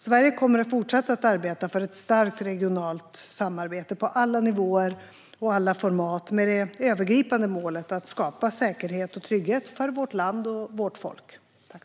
Sverige kommer fortsatt att arbeta för ett starkt regionalt samarbete på alla nivåer och i alla format med det övergripande målet att skapa säkerhet och trygghet för vårt land och vårt folk.